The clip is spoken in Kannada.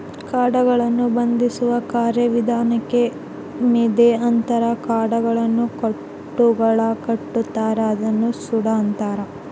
ಕಾಂಡಗಳನ್ನು ಬಂಧಿಸುವ ಕಾರ್ಯವಿಧಾನಕ್ಕೆ ಮೆದೆ ಅಂತಾರ ಕಾಂಡಗಳನ್ನು ಕಟ್ಟುಗಳಾಗಿಕಟ್ಟುತಾರ ಅದನ್ನ ಸೂಡು ಅಂತಾರ